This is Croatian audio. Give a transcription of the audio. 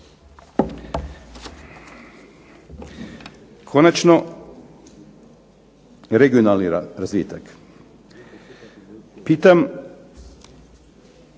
Konačno, regionalni razvitak. Pitam,